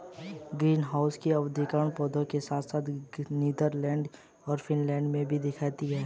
greenhouse की अवधारणा पौधों के साथ साथ नीदरलैंड और फिर इंग्लैंड में भी दिखाई दी